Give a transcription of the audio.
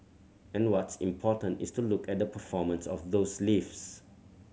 and what's important is to look at the performance of those lifts